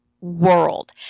world